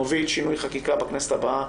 אנחנו נוביל שינוי חקיקה בכנסת הבאה